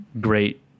great